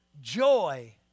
joy